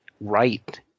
right